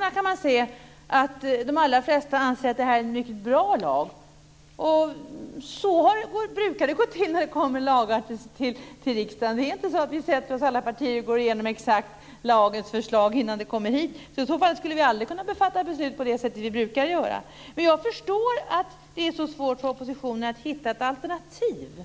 Man kan se att de allra flesta remissinstanserna anser att detta är en mycket bra lag. Så brukar det gå till när det kommer förslag om lagar till riksdagen. Det är inte så att alla partier sätter sig ned och går igenom det exakta lagförslaget innan det kommer hit. I så fall skulle vi aldrig kunna fatta beslut på det sätt vi brukar göra. Jag förstår att det är så svårt för oppositionen att hitta ett alternativ.